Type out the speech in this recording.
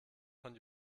von